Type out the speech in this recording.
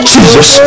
Jesus